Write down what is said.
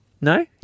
No